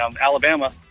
Alabama